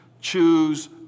choose